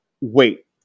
wait